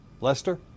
Lester